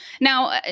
Now